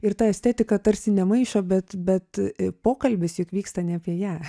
ir ta estetika tarsi nemaišo bet bet pokalbis juk vyksta ne apie ją